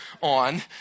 on